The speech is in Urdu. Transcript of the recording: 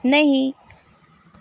نہیں